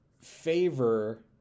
favor